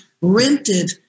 rented